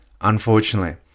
unfortunately